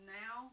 now